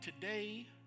Today